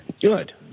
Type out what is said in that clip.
Good